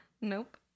Nope